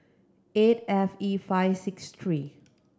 eight F E five six three